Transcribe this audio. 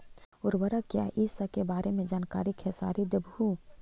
उर्वरक क्या इ सके बारे मे जानकारी खेसारी देबहू?